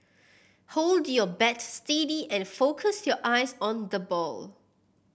hold your bat steady and focus your eyes on the ball